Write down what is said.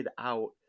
out